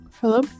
Hello